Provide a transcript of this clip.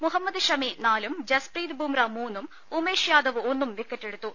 മുഹമ്മദ് ഷമി നാലും ജസ്പ്രീത് ബുംറ മൂന്നും ഉമേഷ് യാദവ് ഒന്നും വിക്കറ്റെടുത്തു